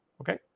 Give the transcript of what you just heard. Okay